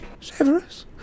Severus